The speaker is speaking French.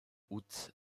août